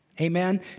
Amen